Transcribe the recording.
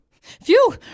phew